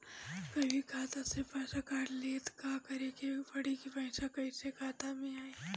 कभी खाता से पैसा काट लि त का करे के पड़ी कि पैसा कईसे खाता मे आई?